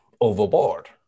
overboard